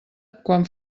quan